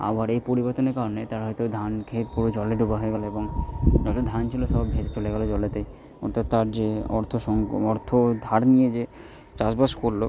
আবহাওয়ার এই পরিবর্তনের কারণে তার হয়তো ধানখেত পুরো জলে ডোবা হয়ে গেল এবং যত ধান ছিল সব ভেসে চলে গেল জলেতে অর্থাৎ তার যে অর্থ সংকট অর্থ ধার নিয়ে যে চাষবাস করল